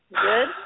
good